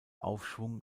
aufschwung